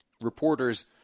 reporters